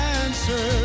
answer